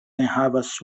enhavas